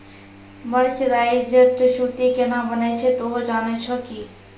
mercerised सूती केना बनै छै तोहों जाने छौ कि